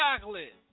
chocolate